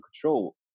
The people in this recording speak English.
control